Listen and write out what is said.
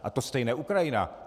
A to stejné Ukrajina.